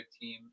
team